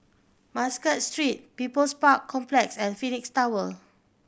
Muscat Street People's Park Complex and Phoenix Tower